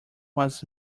was